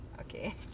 okay